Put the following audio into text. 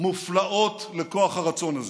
מופלאות לכוח הרצון הזה.